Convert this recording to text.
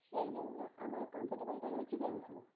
সেই জন্য আমার কম্ফোর্টেবলটাই হচ্ছে পেন্সিল